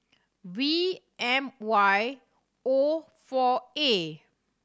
V M Y O four A